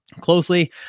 closely